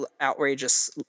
outrageous